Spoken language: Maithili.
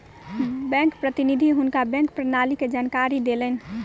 बैंक प्रतिनिधि हुनका बैंक प्रणाली के जानकारी देलैन